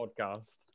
podcast